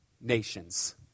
nations